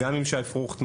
גם עם שי פרוכטמן,